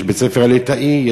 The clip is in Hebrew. יש בית-הספר הליטאי,